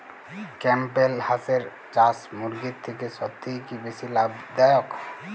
Campbell হাঁসের চাষ মুরগির থেকে সত্যিই কি বেশি লাভ দায়ক?